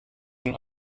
and